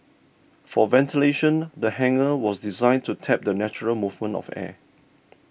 for ventilation the hangar was designed to tap the natural movement of air